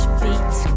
beat